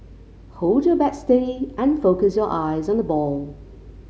hold your bat steady and focus your eyes on the ball